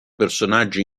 personaggi